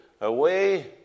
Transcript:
Away